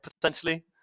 Potentially